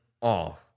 off